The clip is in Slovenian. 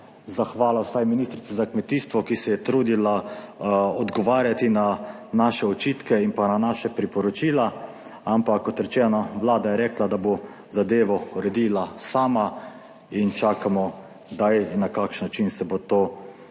zahvala vsaj ministrici za kmetijstvo, ki se je trudila odgovarjati na naše očitke in pa na naša priporočila. Ampak, kot rečeno, Vlada je rekla, da bo zadevo uredila sama in čakamo kdaj in na kakšen način se bo to uredilo.